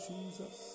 Jesus